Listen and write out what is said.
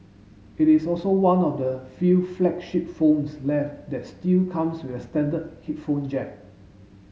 it is also one of the few flagship phones left that still comes with a standard headphone jack